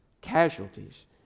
casualties